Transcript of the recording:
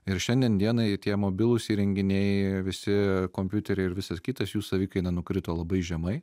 ir šiandien dienai tie mobilūs įrenginiai visi kompiuteriai ir visas kitas jų savikaina nukrito labai žemai